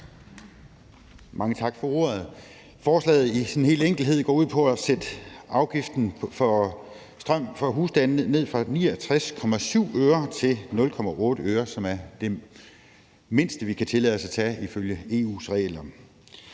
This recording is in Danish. Mange tak for ordet. Forslaget går i al sin enkelhed ud på at sætte afgiften for strøm til husstandene ned fra 69,7 øre til 0,8 øre pr. kWh, som er det mindste, vi kan tillade os at tage, ifølge EU's regler.